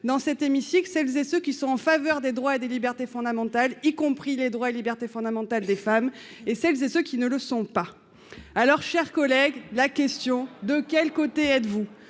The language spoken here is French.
dans cet hémicycle, celles et ceux qui sont en faveur des droits et des libertés fondamentales, y compris les droits et libertés fondamentales des femmes et celles et ceux qui ne le sont pas, alors, chers collègues, la question, de quel côté êtes-vous,